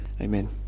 Amen